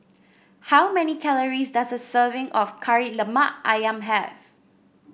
how many calories does a serving of Kari Lemak ayam have